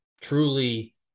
truly